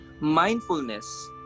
Mindfulness